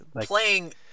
playing